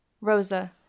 Rosa